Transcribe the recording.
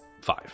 five